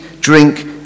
drink